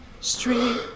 street